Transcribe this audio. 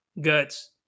guts